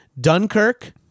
Dunkirk